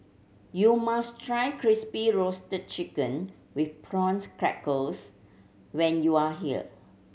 you must try Crispy Roasted Chicken with prawns crackers when you are here